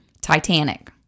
Titanic